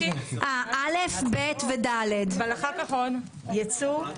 ביום שלישי נתחיל הקראה והצבעה לאחר דיון על פרקים ייצוא,